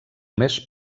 més